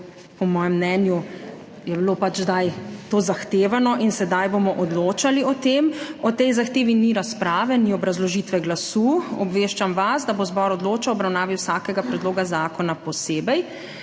Po mojem mnenju je bilo pač zdaj to zahtevano in sedaj bomo odločali. O tej zahtevi ni razprave, ni obrazložitve glasu. Obveščam vas, da bo zbor odločal o obravnavi vsakega predloga zakona posebej.